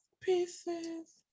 Pieces